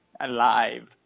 alive